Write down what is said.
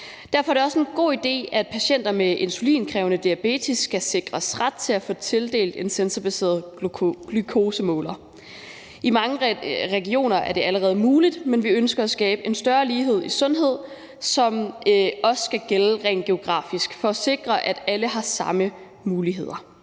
Derfor er det også en god idé, at patienter med insulinkrævende diabetes skal sikres ret til at få tildelt en sensorbaseret glukosemåler. I mange regioner er det allerede muligt, men vi ønsker at skabe en større lighed i sundhed, som også skal gælde rent geografisk, for at sikre, at alle har samme muligheder.